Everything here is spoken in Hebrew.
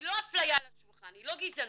היא לא אפליה על השולחן, היא לא גזענות.